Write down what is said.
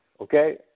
okay